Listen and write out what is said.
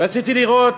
רציתי לראות.